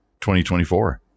2024